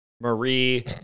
Marie